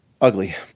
ugly